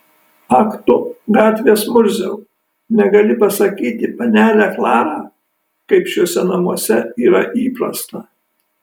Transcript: ak tu gatvės murziau negali pasakyti panelę klarą kaip šiuose namuose yra įprasta